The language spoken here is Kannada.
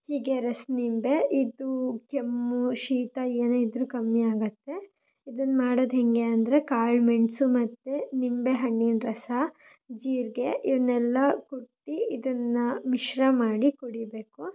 ಹೀಗೆ ರಸ ನಿಂಬೆ ಇದು ಕೆಮ್ಮು ಶೀತ ಏನೇ ಇದ್ದರೂ ಕಮ್ಮಿ ಆಗುತ್ತೆ ಇದನ್ನ ಮಾಡೋದ್ ಹೇಗೆ ಅಂದರೆ ಕಾಳು ಮೆಣಸು ಮತ್ತು ನಿಂಬೆಹಣ್ಣಿನ ರಸ ಜೀರಿಗೆ ಇವನ್ನೆಲ್ಲ ಕುಟ್ಟಿ ಇದನ್ನು ಮಿಶ್ರ ಮಾಡಿ ಕುಡಿಯಬೇಕು